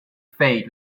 fade